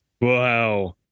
Wow